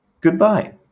Goodbye